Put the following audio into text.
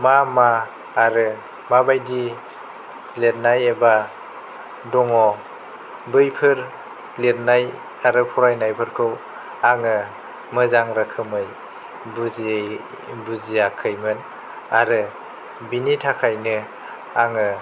मा मा आरो मा बायदि लिरनाय एबा दङ बैफोर लिरनाय आरो फरायनायफोरखौ आङो मोजां रोखोमै बुजियै बुजियाखैमोन आरो बिनि थाखायनो आङो